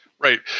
Right